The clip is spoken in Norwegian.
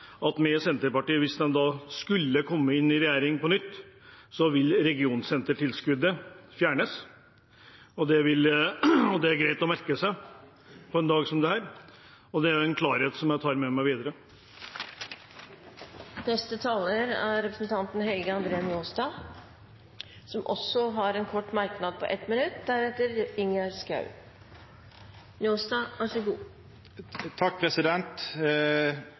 at med Senterpartiet – hvis de da skulle komme i regjering på nytt – vil regionsentertilskuddet fjernes. Det er greit å merke seg på en dag som denne, og det er en klarhet jeg tar med meg videre. Helge André Njåstad har hatt ordet to ganger tidligere og får ordet til en kort merknad, begrenset til 1 minutt. Det er vel kanskje opposisjonen sin draum at på